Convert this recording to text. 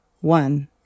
One